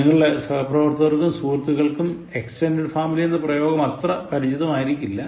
നിങ്ങളുടെ സഹപ്രവർത്തകർക്കും സുഹൃത്തുക്കൾക്കും എക്സ്റ്റെൻറ്ഡെഡ് ഫാമിലി എന്ന പ്രയോഗം അത്ര പരിചിതമായിരിക്കില്ല